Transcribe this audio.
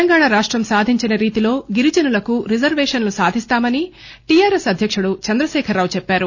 తెలంగాణ రాష్టం సాధించిన రీతిలో గిరిజనులకు రిజర్వేషన్లు సాధిస్తామని టిఆర్ ఎస్ అధ్యక్షుడు చంద్రశేఖరరావు చెప్పారు